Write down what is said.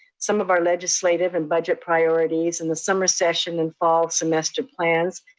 some of our legislative and budget priorities, and the summer session and fall semester plans.